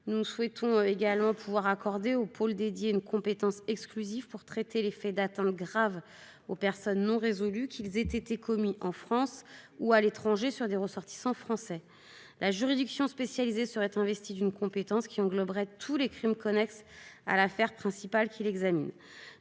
nous souhaitons pouvoir accorder au pôle dédié une compétence exclusive pour traiter les faits d'atteinte grave aux personnes non résolus, qu'ils aient été commis en France ou à l'étranger sur des ressortissants français. La compétence dont la juridiction spécialisée serait investie engloberait tous les crimes connexes à l'affaire principale examinée.